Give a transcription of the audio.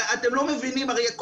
הרי כל